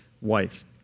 wife